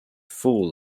fool